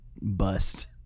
bust